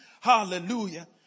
Hallelujah